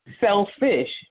selfish